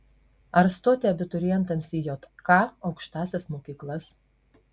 ar stoti abiturientams į jk aukštąsias mokyklas